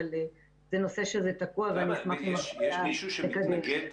אבל זה נושא תקוע ואני אשמח שהוועדה תקדם.